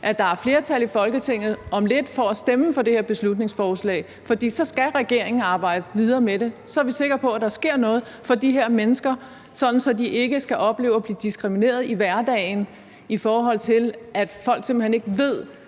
lidt er flertal i Folketinget for at stemme for det her beslutningsforslag, for så skal regeringen arbejde videre med det. Så er vi sikre på, at der sker noget for de her mennesker, sådan at de ikke skal opleve at blive diskrimineret i hverdagen, fordi folk – myndigheder